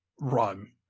run